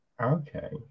okay